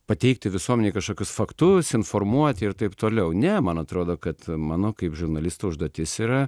pateikti visuomenei kažkokius faktus informuoti ir taip toliau ne man atrodo kad mano kaip žurnalisto užduotis yra